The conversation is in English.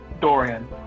Dorian